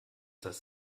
das